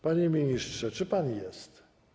Panie ministrze, czy pan jest?